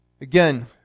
Again